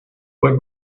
fue